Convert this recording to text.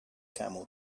camel